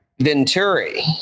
Venturi